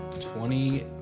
Twenty